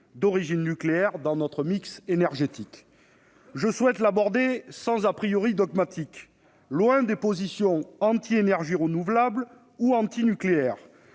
d'origine nucléaire dans notre mix énergétique. Je souhaite l'aborder sans dogmatiques, loin des positions « anti-énergies renouvelables » ou « anti-nucléaire